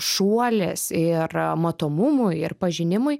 šuolis ir matomumui ir pažinimui